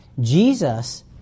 Jesus